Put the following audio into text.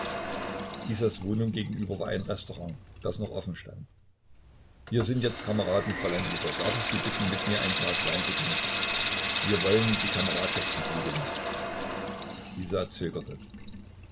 isas wohnung gegenüber war ein restaurant das noch offen stand wir sind jetzt kameraden fräulein isa darf ich sie bitten mit mir ein glas wein zu trinken wir wollen die kameradschaft besiegeln isa zögerte